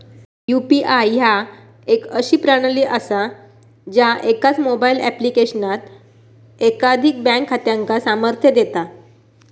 UPI ह्या एक अशी प्रणाली असा ज्या एकाच मोबाईल ऍप्लिकेशनात एकाधिक बँक खात्यांका सामर्थ्य देता